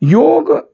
योग